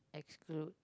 exclude